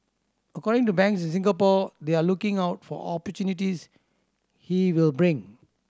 according to banks in Singapore they are looking out for opportunities he will bring